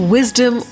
Wisdom